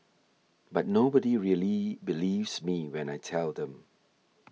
but nobody really believes me when I tell them